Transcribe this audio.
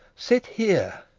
sit here.